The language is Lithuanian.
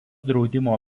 draudimo